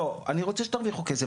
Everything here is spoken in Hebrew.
לא אני רוצה שתרוויחו כסף,